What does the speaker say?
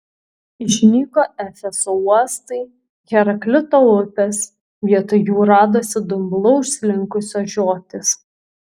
išnyko efeso uostai heraklito upės vietoj jų radosi dumblu užslinkusios žiotys